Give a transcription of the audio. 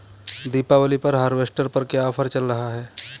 दीपावली पर हार्वेस्टर पर क्या ऑफर चल रहा है?